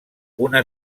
una